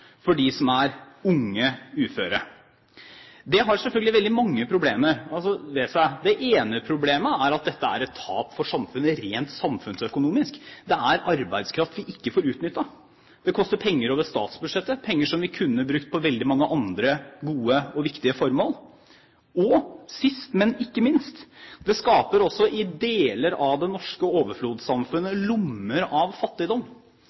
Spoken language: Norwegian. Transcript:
er de siste årene størst for dem som er unge uføre. Det har selvfølgelig veldig mange problemer ved seg. Det ene problemet er at dette er et tap for samfunnet rent samfunnsøkonomisk. Det er arbeidskraft vi ikke får utnyttet. Det koster penger over statsbudsjettet, penger som vi kunne brukt på veldig mange andre gode og viktige formål, og sist, men ikke minst: Det skaper også i deler av det norske overflodssamfunnet lommer av fattigdom,